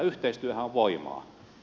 yhteistyöhän on voimaa